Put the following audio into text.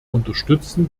unterstützen